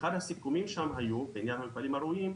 ואחד הסיכומים שם היו בעניין המפעלים הראויים,